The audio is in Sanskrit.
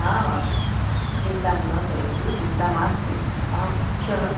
आमां चिन्तां न करोतु चिन्ता मास्तु अहं श्वः